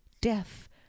death